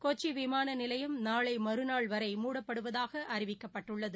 கொச்சிவிமானநிலையம் நாளைமறுநாள் மூடப்படுவதாகஅறிவிக்கப்பட்டுள்ளது